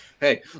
Hey